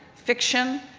fiction,